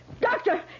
Doctor